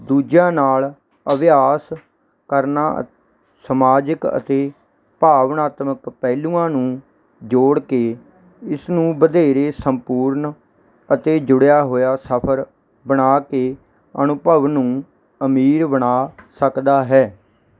ਦੂਜਿਆਂ ਨਾਲ ਅਭਿਆਸ ਕਰਨਾ ਸਮਾਜਿਕ ਅਤੇ ਭਾਵਨਾਤਮਕ ਪਹਿਲੂਆਂ ਨੂੰ ਜੋੜ ਕੇ ਇਸ ਨੂੰ ਵਧੇਰੇ ਸੰਪੂਰਨ ਅਤੇ ਜੁੜਿਆ ਹੋਇਆ ਸਫਰ ਬਣਾ ਕੇ ਅਨੁਭਵ ਨੂੰ ਅਮੀਰ ਬਣਾ ਸਕਦਾ ਹੈ